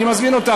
אני מזמין אותך,